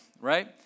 right